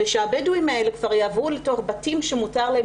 ושהבדואים האלה כבר יעברו אל תוך בתים שמותר להם